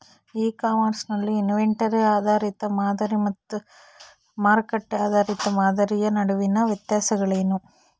E commerce ನಲ್ಲಿ inventory ಆಧಾರಿತ ಮಾದರಿ ಮತ್ತು ಮಾರುಕಟ್ಟೆ ಆಧಾರಿತ ಮಾದರಿಯ ನಡುವಿನ ವ್ಯತ್ಯಾಸಗಳೇನು?